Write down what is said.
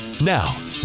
Now